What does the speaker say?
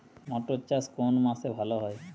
মটর চাষ কোন মাসে ভালো হয়?